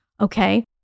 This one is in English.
Okay